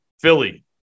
Philly